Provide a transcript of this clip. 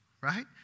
right